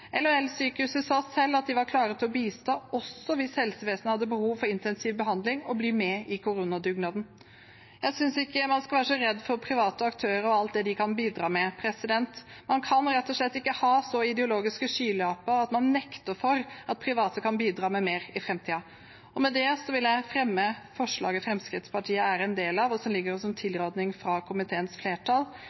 sa selv at de var klare til å bistå også hvis helsevesenet hadde behov for intensiv behandling, og bli med i koronadugnaden. Jeg synes ikke man skal være så redd for private aktører og alt det de kan bidra med. Man kan rett og slett ikke ha så ideologiske skylapper at man nekter for at private kan bidra med mer i framtiden. Med det vil jeg anbefale tilrådingen fra komiteens flertall. Vi er enig i mange av